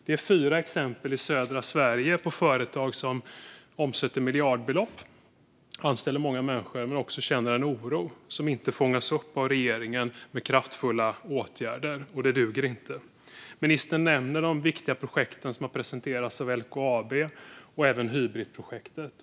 Det är fyra exempel på företag i södra Sverige som omsätter miljardbelopp, som anställer många människor men som också känner en oro som inte fångas upp av regeringen med kraftfulla åtgärder. Det duger inte. Ministern nämnde de viktiga projekt som har presenterats av LKAB och även Hybritprojektet.